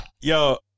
Yo